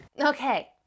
Okay